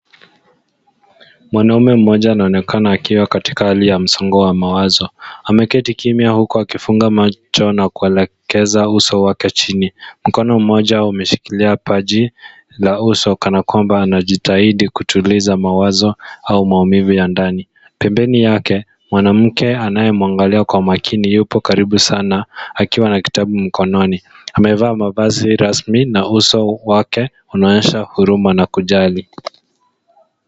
Mwanaume mmoja anaonekana akiwa katika hali ya msongo wa mawazo. Ameketi kimia huku akifunga macho na kuelekeza uso wake chini. Mkono mmoja umeshikilia paji la uso kanakwamba anajitahidi kutuliza mawazo au maumivu ya ndani. Pembeni yake, mwanamke anayemwangalia kwa makini yupo karibu sana, akiwa na kitabu mkononi. Amevaa mavazi rasmi na uso wake unaonyesha huruma na kujali.